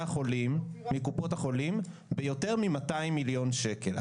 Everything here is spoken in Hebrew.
החולים מקופות החולים ביותר מ-200 מיליון שקל.